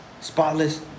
spotless